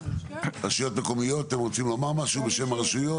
רשויות מקומיות, אתם רוצים לומר משהו בשם הרשויות?